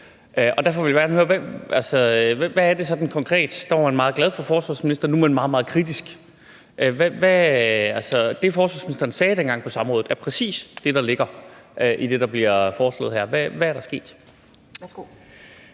hvad der konkret er sket. Da var man meget glad for forsvarsministeren, men nu er man meget, meget kritisk. Altså, det, forsvarsministeren sagde dengang på samrådet, er præcis det, der ligger i det, der bliver foreslået her. Hvad er der sket?